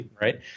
right